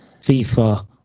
FIFA